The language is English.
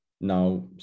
now